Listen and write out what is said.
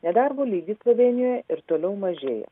nedarbo lygis slovėnijoje ir toliau mažėja